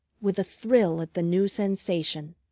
with a thrill at the new sensation.